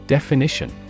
Definition